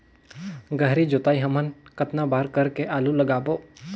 गहरी जोताई हमन कतना बार कर के आलू लगाबो?